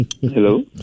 Hello